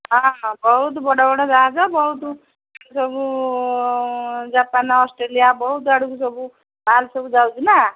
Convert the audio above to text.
ହଁ ବହୁତ ବଡ଼ ବଡ଼ ଯାଗା ବହୁତ ସବୁ ଜାପାନ୍ ଅଷ୍ଟ୍ରେଲିଆ ବହୁତ ଆଡ଼କୁ ସବୁ ବାହାର ସବୁ ଯାଉଛି ନା